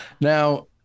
Now